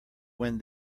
when